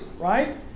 right